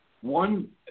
one